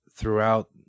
throughout